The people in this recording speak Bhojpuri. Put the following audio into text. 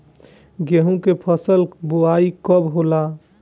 गेहूं के फसल के बोआई कब होला?